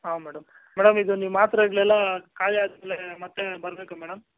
ಹಾಂ madam madam ಇದು ನೀವು ಮಾತ್ರೆಗಳೆಲ್ಲಾ ಖಾಲಿಯಾದ ಮೇಲೆ ಮತ್ತೆ ಬರಬೇಕ ಮೇಡಮ್